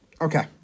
Okay